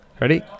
Ready